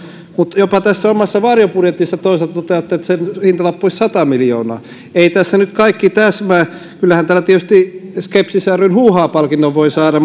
mutta jopa tässä omassa varjobudjetissanne toisaalta toteatte että sen hintalappu olisi sata miljoonaa ei tässä nyt kaikki täsmää kyllähän tällä tietysti skepsis ryn huuhaa palkinnon voi saada